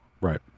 Right